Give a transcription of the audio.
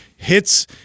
Hits